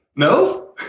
No